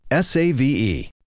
SAVE